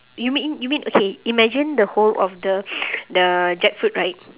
you mean you mean okay imagine the whole of the the jackfruit right